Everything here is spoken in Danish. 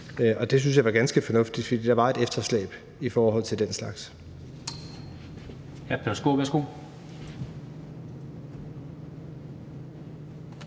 og det synes jeg var ganske fornuftigt, fordi der var et efterslæb i forhold til den slags.